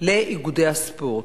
לאיגודי הספורט.